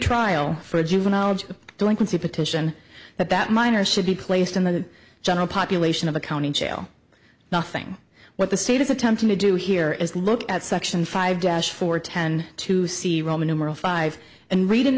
pretrial for a juvenile delinquency petition that that minors should be placed in the general population of the county jail nothing what the state is attempting to do here is look at section five dash four ten to see roman numeral five and read an